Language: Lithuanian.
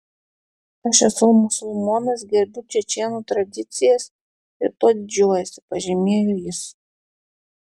aš esu musulmonas gerbiu čečėnų tradicijas ir tuo didžiuojuosi pažymėjo jis